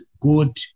good